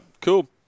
cool